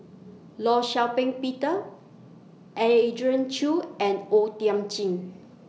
law Shau Ping Peter Andrew Chew and O Thiam Chin